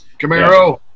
Camaro